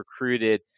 recruited